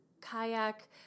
Kayak